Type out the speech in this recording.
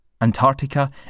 Antarctica